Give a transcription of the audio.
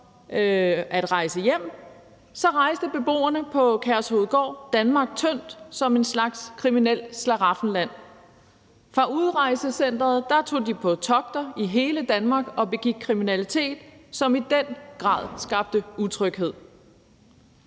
at rejse hjem rejste Danmark tyndt som et slags kriminelt slaraffenland. Fra udrejsecenteret tog de på togter i hele Danmark og begik kriminalitet, som i den grad skabte utryghed.